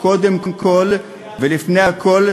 קודם כול ולפני הכול,